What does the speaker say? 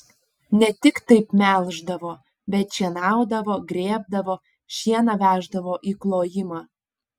ne tik taip melždavo bet šienaudavo grėbdavo šieną veždavo į klojimą